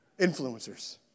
Influencers